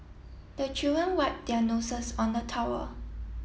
the children wipe their noses on the towel